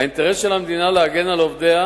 האינטרס של המדינה הוא להגן על עובדיה,